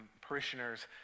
parishioners